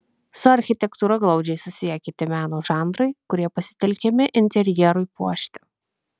su architektūra glaudžiai susiję kiti meno žanrai kurie pasitelkiami interjerui puošti